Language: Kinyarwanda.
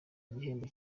igihembo